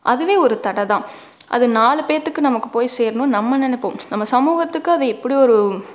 அதுவே ஒரு தடவை தான் அது நாலு பேர்த்துக்கு நமக்கு போய் சேரணுன் நம்ம நினப்போம் நம்ம சமூகத்துக்கு அது இப்படி ஒரு